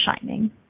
shining